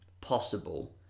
possible